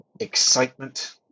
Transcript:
excitement